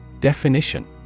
Definition